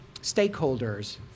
stakeholders